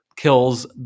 Kills